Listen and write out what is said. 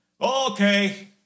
okay